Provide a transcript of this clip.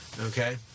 Okay